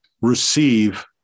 receive